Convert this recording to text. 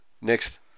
next